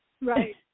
Right